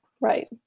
Right